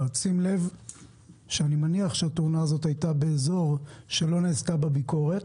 שים לב שאני מניח שהתאונה הזאת הייתה באזור שלא נעשתה בו ביקורת,